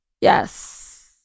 Yes